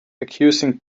accusing